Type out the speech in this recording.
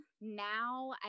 now